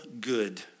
good